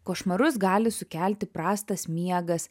košmarus gali sukelti prastas miegas